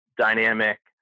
dynamic